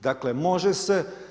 Dakle, može se.